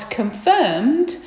confirmed